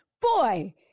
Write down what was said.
boy